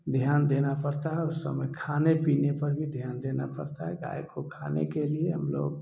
ध्यान देना पड़ता है और समय खाने पीने पर भी ध्यान देना पड़ता है गाय को खाने के लिए हम लोग